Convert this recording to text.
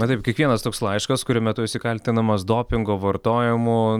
na taip kiekvienas toks laiškas kurio metu esi kaltinamas dopingo vartojimu